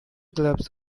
clubs